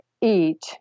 eat